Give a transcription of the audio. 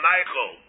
Michael